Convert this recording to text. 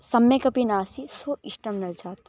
सम्यकपि नासीत् सो इष्टं न जातम्